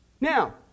now